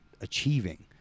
achieving